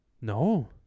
No